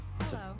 Hello